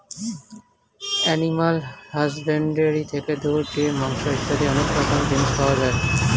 animal husbandry থেকে দুধ, ডিম, মাংস ইত্যাদি অনেক রকমের জিনিস পাওয়া যায়